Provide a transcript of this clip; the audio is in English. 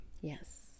Yes